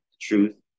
Truth